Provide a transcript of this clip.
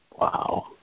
Wow